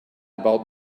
about